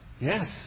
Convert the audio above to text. Yes